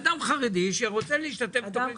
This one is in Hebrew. אדם חרדי שרוצה להשתתף בתכנית 'מסע' הוא בחוץ.